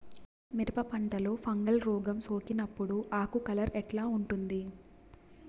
మిరప పంటలో ఫంగల్ రోగం సోకినప్పుడు ఆకు కలర్ ఎట్లా ఉంటుంది?